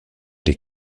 des